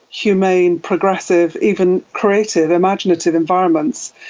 humane, progressive, even creative imaginative environments,